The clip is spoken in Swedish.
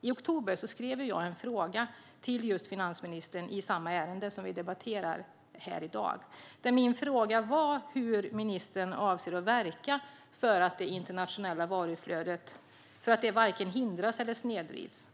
I oktober skrev jag nämligen en fråga till finansministern i just det här ärendet. Min fråga var hur ministern avser att verka för att det internationella varuflödet varken ska hindras eller snedvridas.